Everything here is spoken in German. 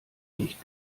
nicht